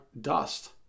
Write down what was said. dust